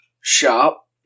shop